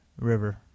River